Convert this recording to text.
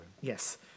Yes